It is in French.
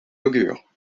augure